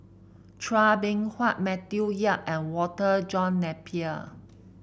Chua Beng Huat Matthew Yap and Walter John Napier